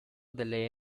delle